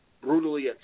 brutally